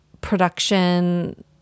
production